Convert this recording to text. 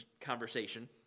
conversation